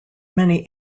many